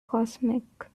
cosmic